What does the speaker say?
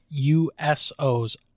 USOs